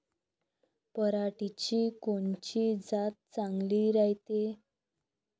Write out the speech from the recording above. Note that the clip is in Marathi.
पऱ्हाटीची कोनची जात चांगली रायते?